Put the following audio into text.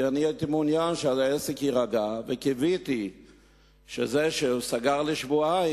כי הייתי מעוניין שהעסק יירגע וקיוויתי שזה שהוא סגר לשבועיים,